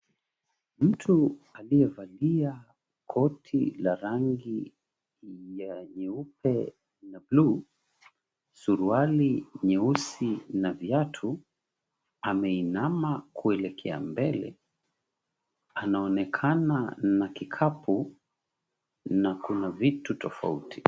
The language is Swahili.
Mtu aliyevalia koti la rangi ya nyeupe bluu, suruali nyeusi, na viatu. Ameinama kuelekea mbele. Anaonekana na kikapu na kuna vitu tofauti.